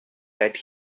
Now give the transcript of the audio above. that